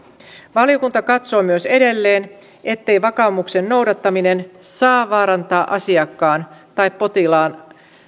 valiokunta katsoo myös edelleen ettei vakaumuksen noudattaminen saa vaarantaa asiakkaan tai potilaan